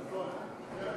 שימו לב,